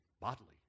bodily